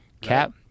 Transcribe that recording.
cap